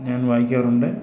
ഞാൻ വായിക്കാറുണ്ട്